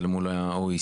אל מול ה-OECD,